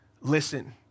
Listen